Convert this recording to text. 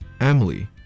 Emily